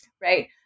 right